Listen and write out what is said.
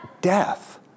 death